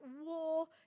war